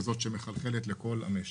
כזאת שמחלחלת לכל המשק.